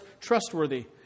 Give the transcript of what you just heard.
trustworthy